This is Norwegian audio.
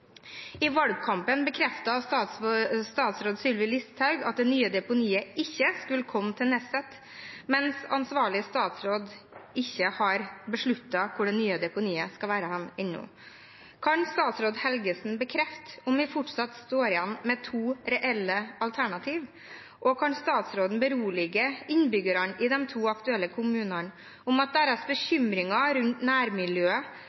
I valgkampen bekreftet statsråd Sylvi Listhaug at det nye deponiet ikke skulle komme til Nesset, mens ansvarlig statsråd ikke har besluttet hvor det nye deponiet skal være ennå. Kan statsråd Helgesen bekrefte om vi fortsatt står igjen med to reelle alternativer? Og kan statsråden berolige innbyggerne i de to aktuelle kommunene når det gjelder deres bekymringer – at nærmiljøet